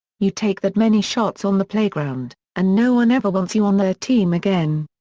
you take that many shots on the playground, and no one ever wants you on their team again.